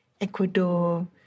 Ecuador